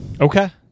Okay